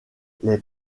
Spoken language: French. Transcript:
les